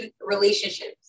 relationships